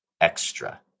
extra